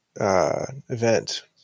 event